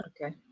Okay